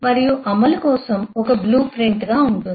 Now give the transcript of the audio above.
మరియు అమలు కోసం ఒక బ్లూప్రింట్గా ఉంటుంది